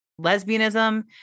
lesbianism